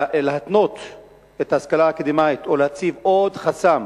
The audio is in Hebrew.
להתנות את ההשכלה האקדמית או להציב עוד חסם